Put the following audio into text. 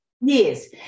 Yes